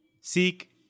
seek